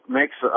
makes